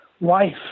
wife